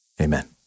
amen